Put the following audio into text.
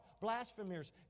blasphemers